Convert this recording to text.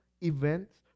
events